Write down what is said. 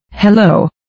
Hello